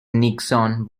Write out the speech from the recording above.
nixon